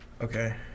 Okay